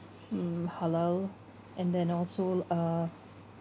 mm halal and then also uh